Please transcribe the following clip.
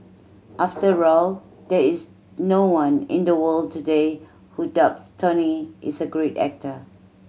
after all there is no one in the world today who doubts Tony is a great actor